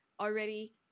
already